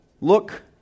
Look